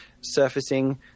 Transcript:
surfacing